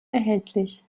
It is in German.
erhältlich